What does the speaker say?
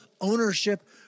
ownership